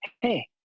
hey